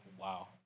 Wow